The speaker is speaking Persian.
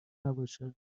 نباشه